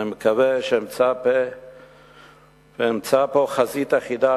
אני מקווה שאמצא פה חזית אחידה,